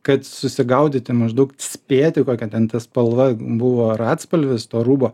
kad susigaudyti maždaug spėti kokia ten ta spalva buvo ar atspalvis to rūbo